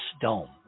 dome